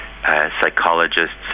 psychologists